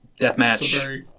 deathmatch